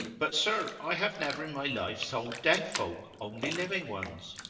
but, sir, i have never in my life sold dead folk only living ones.